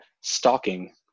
stalking